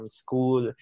school